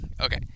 Okay